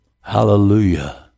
Hallelujah